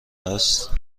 است